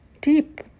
deep